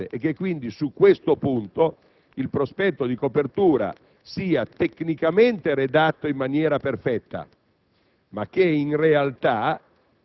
a fronte invece di spese certe. Ritengono quindi che su questo punto il prospetto di copertura sia tecnicamente redatto in maniera perfetta,